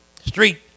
street